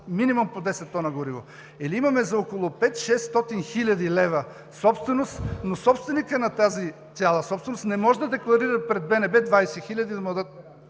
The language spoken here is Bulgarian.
минимум по 10 тона гориво, или имаме за около 500 – 600 хил. лв. собственост, но собственикът на тази цяла собственост не може да декларира пред БНБ да му дадат